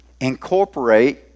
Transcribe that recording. incorporate